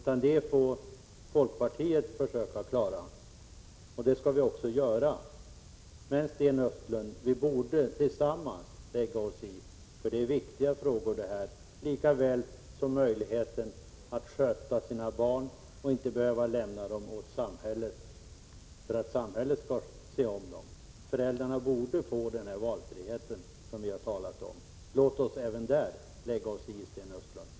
Den rätten får folkpartiet försöka införa, och det skall vi också göra. Men, Sten Östlund, bör vi inte tillsammans lägga oss i? Det här är viktiga frågor. Det gäller även möjligheten till ledighet för att sköta sina barn och inte behöva överlåta åt samhället att ta hand om dem. Föräldrarna borde ges den valfrihet som vi har talat om. Låt oss även där lägga oss i, Sten Östlund.